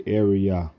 area